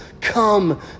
Come